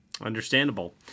Understandable